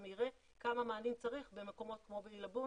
יראה כמה מענים צריך במקומות כמו בעילבון